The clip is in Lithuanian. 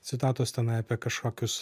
citatos tenai apie kažkokius